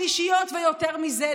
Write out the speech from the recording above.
שלישיות ויותר מזה,